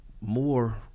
more